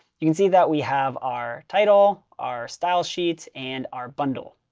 you can see that we have our title, our style sheets, and our bundle.